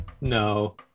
No